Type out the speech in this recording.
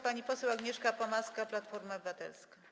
Pani poseł Agnieszka Pomaska, Platforma Obywatelska.